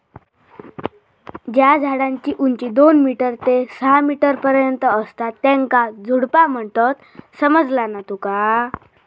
ज्या झाडांची उंची दोन मीटर ते सहा मीटर पर्यंत असता त्येंका झुडपा म्हणतत, समझला ना तुका?